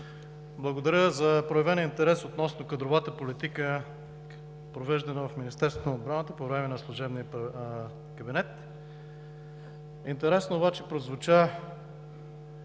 Благодаря за проявения интерес относно кадровата политика, провеждана в Министерството на отбраната по време на служебния кабинет. Интересно обаче прозвуча